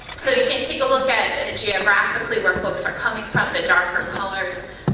so you can take a look at geographically where folks are coming from, the darker colors.